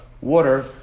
Water